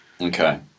Okay